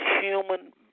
human